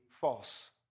false